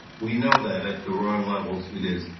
we know that at the wrong levels, it is.